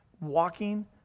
Walking